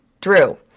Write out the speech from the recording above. drew